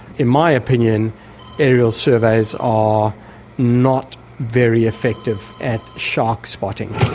in my opinion aerial surveys are not very effective at shark spotting.